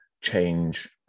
change